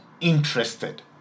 interested